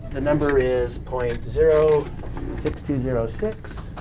the number is point zero six two zero six